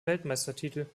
weltmeistertitel